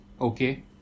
okay